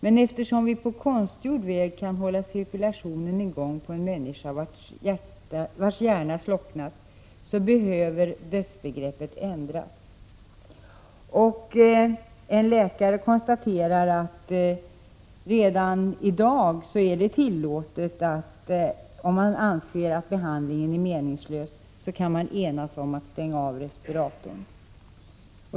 Men eftersom vi på konstgjord väg kan hålla cirkulationen i gång på en människa vars hjärna slocknat, så behöver dödsbegreppet ändras.” En läkare konstaterar att man redan i dag, om man anser att behandlingen är meningslös, kan enas om att stänga av respiratorn.